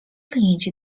klienci